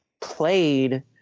played